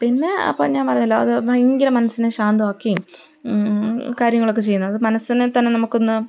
പിന്നെ അപ്പോള് ഞാന് പറഞ്ഞല്ലോ അത് ഭയങ്കര മനസ്സിനെ ശാന്തമാക്കുകയും കാര്യങ്ങളൊക്കെ ചെയ്യുന്നത് അത് മനസ്സിനെ തന്നെ നമുക്കൊന്ന്